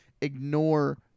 ignore